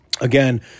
again